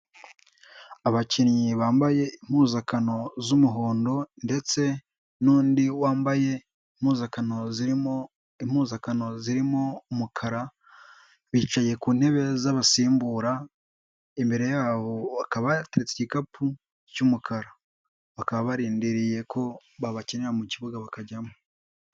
Abakinnyi bambaye impuzankano z'umuhondo ndetse n'undi wambaye impuzankano zirimo impuzankano zirimo umukara, bicaye ku ntebe z'abasimbura, imbere yabo hakaba hateretse igikapu cy'umukara, bakaba barindiriye ko babakinira mu kibuga bakajyamo.